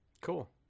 cool